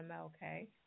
Okay